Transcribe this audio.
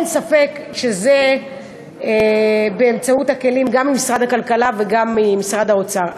אין ספק שזה באמצעות הכלים גם ממשרד הכלכלה וגם ממשרד האוצר.